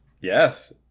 Yes